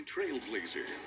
Trailblazer